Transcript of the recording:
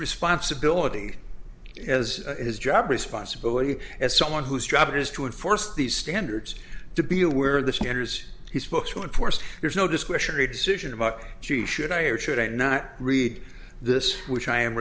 responsibility as his job responsibility as someone whose job it is to enforce these standards to be aware that he enters his books who enforce there's no discretionary decision about she should i or should i not read this which i am